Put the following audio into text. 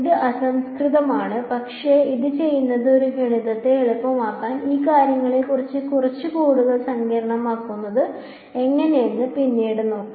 ഇത് അസംസ്കൃതമാണ് പക്ഷേ ഇത് ചെയ്യുന്നത് ഒരു ഗണിതത്തെ എളുപ്പമാക്കുന്നു ഈ കാര്യങ്ങളെക്കുറിച്ച് കുറച്ച് കൂടുതൽ സങ്കീർണ്ണമാക്കുന്നത് എങ്ങനെയെന്ന് പിന്നീട് നോക്കാം